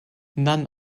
none